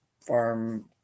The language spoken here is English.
farm